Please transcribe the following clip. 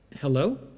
Hello